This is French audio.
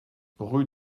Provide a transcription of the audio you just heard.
rue